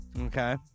okay